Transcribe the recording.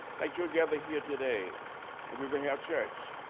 like your gather here today. and we would have church.